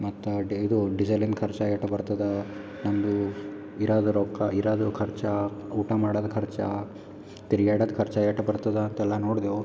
ಮತ್ತು ಡೇ ಇದು ಡಿಸೆಲಿನ ಖರ್ಚಾ ಏಟ ಬರ್ತದೆ ನಮ್ಮದು ಇರೋದ್ ರೊಕ್ಕ ಇರಲು ಖರ್ಚಾ ಊಟ ಮಾಡೋದ್ ಖರ್ಚಾ ತಿರ್ಗ್ಯಾಡೋದ್ ಖರ್ಚಾ ಎಷ್ಟ್ ಬರ್ತಾದೆ ಅಂತೆಲ್ಲ ನೋಡಿದೆವು